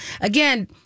again